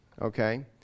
Okay